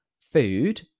food